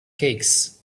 cakes